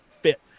fit